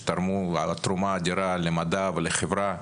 שתרמו תרומה אדירה למדע ולחברה,